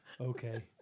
Okay